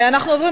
אנחנו עוברים